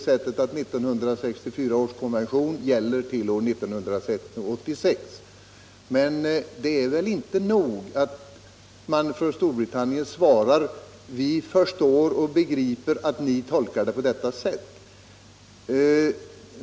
Jag är klar över att vi gärna vill tolka den så att den gäller till år 1986, men kan vi göra det enbart mot bakgrunden av att man i Storbritannien har sagt att man förstår att vi tolkar konventionen på detta sätt?